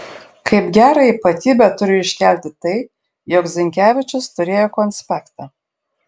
kaip gerą ypatybę turiu iškelti tai jog zinkevičius turėjo konspektą